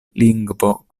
lingvo